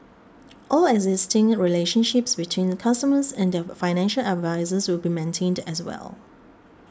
all existing relationships between customers and their financial advisers will be maintained as well